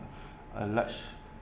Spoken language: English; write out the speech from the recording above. a large